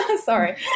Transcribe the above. sorry